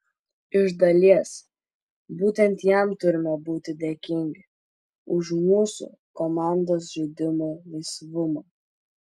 iš dalies būtent jam turime būti dėkingi už mūsų komandos žaidimo laisvumą